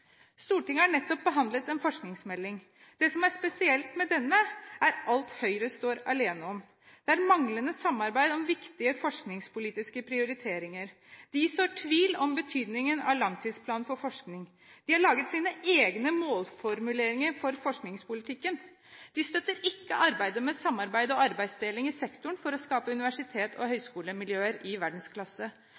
Stortinget har nettopp behandlet en forskningsmelding. Det som er spesielt med denne, er alt Høyre står alene om. Det er manglende samarbeid om viktige forskningspolitiske prioriteringer. De sår tvil om betydningen av langtidsplanen for forskning. De har laget sine egne målformuleringer for forskningspolitikken. De støtter ikke arbeidet med samarbeid og arbeidsdeling i sektoren for å skape universitets- og høyskolemiljøer i verdensklasse.